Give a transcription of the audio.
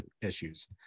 issues